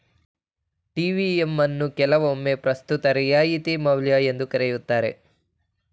TVM ಅನ್ನು ಕೆಲವೊಮ್ಮೆ ಪ್ರಸ್ತುತ ರಿಯಾಯಿತಿ ಮೌಲ್ಯ ಎಂದು ಕರೆಯುತ್ತಾರೆ